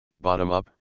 bottom-up